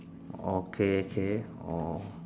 okay K oh